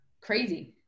crazy